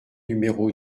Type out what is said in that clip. numéro